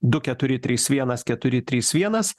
du keturi trys vienas keturi trys vienas